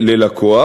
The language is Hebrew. לאלפי שקלים ללקוח.